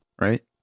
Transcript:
right